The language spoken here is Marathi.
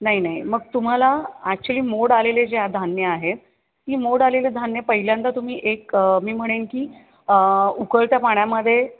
नाही नाही मग तुम्हाला अॅक्च्युअली मोड आलेले जे धान्य आहे ते मोड आलेलं धान्य पहिल्यांदा तुम्ही एक मी म्हणेन की उकळत्या पाण्यामध्ये